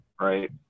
right